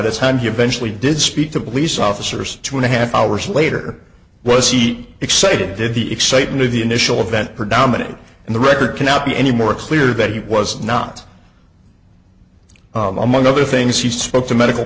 hand you eventually did speak to police officers two and a half hours later was heat excited did the excitement of the initial event predominate and the record cannot be any more clear that he was not among other things he spoke to medical